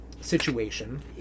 situation